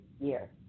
year